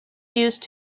used